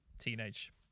teenage